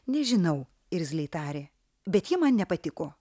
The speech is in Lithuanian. nežinau irzliai tarė bet ji man nepatiko